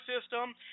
system